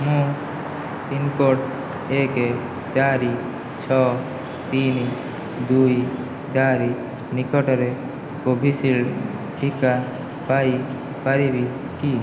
ମୁଁ ପିନ୍କୋଡ଼୍ ଏକ ଚାରି ଛଅ ତିନି ଦୁଇ ଚାରି ନିକଟରେ କୋଭିଶିଲ୍ଡ୍ ଟିକା ପାଇପାରିବି କି